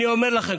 אני אומר לכם,